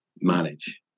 manage